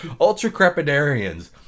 Ultra-crepidarians